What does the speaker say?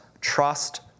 trust